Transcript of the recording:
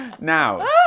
Now